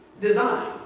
design